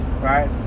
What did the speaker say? right